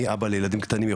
אני אבא לילדים קטנים,